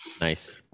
Nice